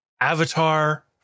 Avatar